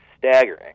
staggering